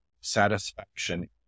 satisfaction